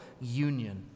union